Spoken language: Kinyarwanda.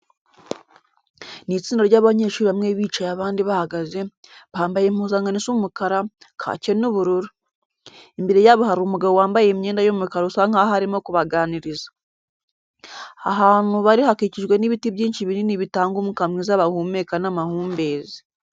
Ni itsinda ry'abanyeshuri bamwe bicaye abandi bahagaze, bambaye impuzankano isa umukara, kake n'ubururu. Imbere yabo hari umugabo wambaye imyenda y'umukara usa nkaho arimo kubaganiriza. Ahantu bari hakikijwe n'ibiti byinshi binini bitanga umwuka mwiza bahumeka n'amahumbezi.